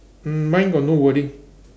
mm mine got no wording